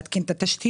להתקין את התשתיות,